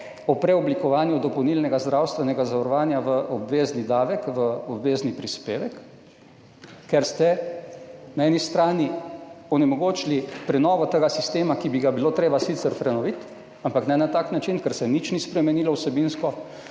o preoblikovanju dopolnilnega zdravstvenega zavarovanja v obvezni davek, v obvezni prispevek, ker ste na eni strani onemogočili prenovo tega sistema, ki bi ga bilo treba sicer prenoviti, ampak ne na tak način, ker se vsebinsko